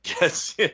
Yes